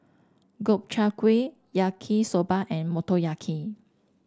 Gobchang Gui Yaki Soba and Motoyaki